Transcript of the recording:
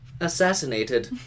assassinated